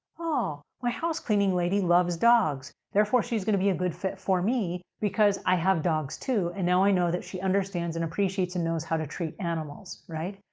oh, my house cleaning lady loves dogs. therefore, she's going to be a good fit for me because i have dogs too. and now, i know that she understands, and appreciates, and knows how to treat animals. right?